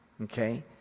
okay